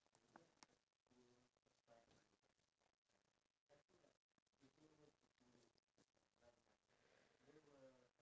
when they move on to pursue their education in primary school or in secondary school they will find it